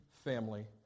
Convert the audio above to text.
family